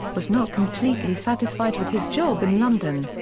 was not completely satisfied with his job in london.